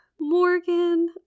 morgan